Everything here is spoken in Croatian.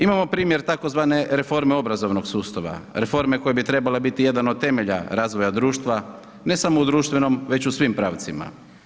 Imamo primjer tzv. reforme obrazovnog sustava, reforme koja bi trebala biti jedan od temelja razvoja društva, ne samo u društvenom već u svim pravcima.